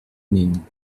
nin